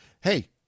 Hey